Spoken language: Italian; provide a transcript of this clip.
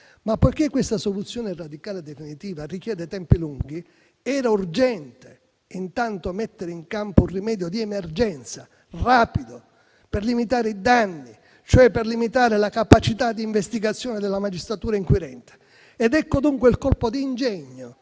Ma poiché questa soluzione radicale e definitiva richiede tempi lunghi, era urgente intanto mettere in campo un rimedio di emergenza, rapido, per limitare i danni, cioè per limitare la capacità di investigazione della magistratura inquirente. Ecco, dunque, il colpo d'ingegno